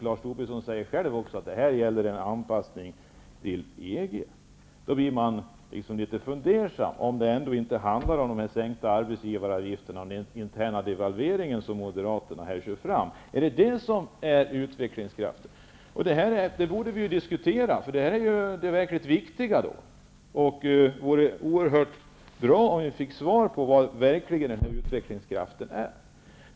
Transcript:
Lars Tobisson säger själv att det gäller en anpassning till EG. Då blir man fundersam och undrar om det ändå inte handlar om sänkta arbetsgivaravgifter och den interna devalveringen, som Moderaterna för fram. Är detta utvecklingskraften? Det här borde vi diskutera eftersom det är det verkligt viktiga. Det vore oerhört bra att få svar på vad denna utvecklingskraft är.